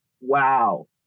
wow